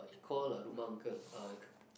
call a